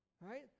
right